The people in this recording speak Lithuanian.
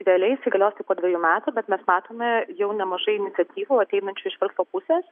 realiai įsigalios tik po dvejų metų bet mes matome jau nemažai iniciatyvų ateinančių iš verslo pusės